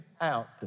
out